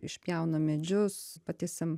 išpjauna medžius patiesiam